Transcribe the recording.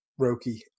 Roki